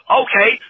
okay